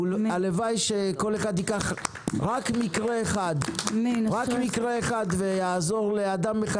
הלוואי שכל אחד ייקח רק מקרה אחד ויעזור לאדם אחד